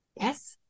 Yes